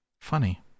Funny